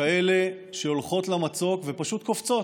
כאלה שהולכות למצוק ופשוט קופצות,